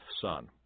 son